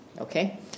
Okay